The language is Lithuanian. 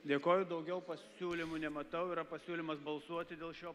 dėkoju daugiau pasiūlymų nematau yra pasiūlymas balsuoti dėl šio